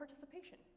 participation